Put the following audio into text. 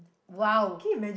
!wow!